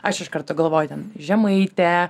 aš iš karto galvoju ten žemaitė